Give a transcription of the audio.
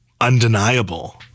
undeniable